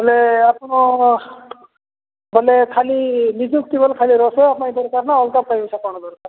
ହେଲେ ଆପଣ ବଲେ ଖାଲି ନିଜକୁ କେବଲ ଦରକାର ନା ଅଲଗା ପାଇଁ ଦରକାର